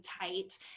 tight